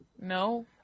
no